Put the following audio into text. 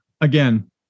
again